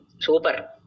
Super